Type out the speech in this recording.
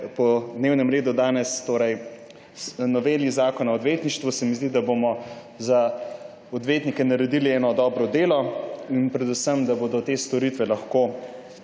po dnevnem redu danes, torej novele Zakona o odvetništvu, se mi zdi, da bomo za odvetnike naredili eno dobro delo, in predvsem, da bodo te storitve lahko